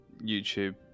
YouTube